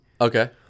Okay